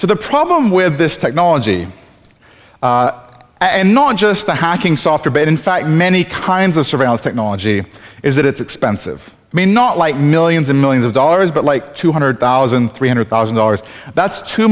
so the problem with this technology and not just the hacking software but in fact many kinds of surveillance technology is that it's expensive i mean not like millions and millions of dollars but like two hundred thousand three hundred thousand dollars that's too